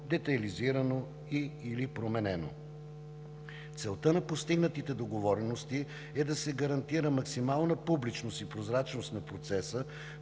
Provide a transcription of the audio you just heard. детайлизирано или променено. Целта на постигнатите договорености е да се гарантира максимална публичност и прозрачност на процеса